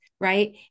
right